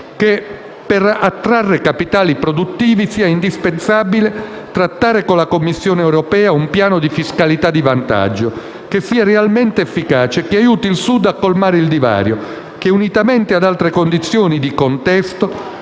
che per attrarre capitali produttivi nel Mezzogiorno sia indispensabile trattare con la Commissione europea un piano di fiscalità di vantaggio, che sia realmente efficace, che aiuti il Sud a colmare il divario che unitamente ad altre condizioni di contesto